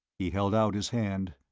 he held out his hand.